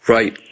Right